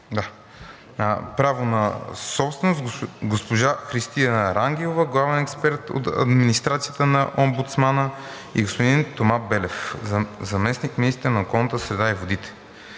„Право на собственост“, госпожа Христина Рангелова – главен експерт от администрацията на омбудсмана, и господин Тома Белев – заместник-министър на околната среда и водите.